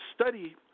study